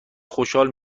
خوشحال